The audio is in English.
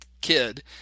kid